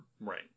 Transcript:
Right